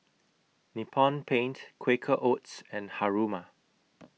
Nippon Paint Quaker Oats and Haruma